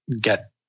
get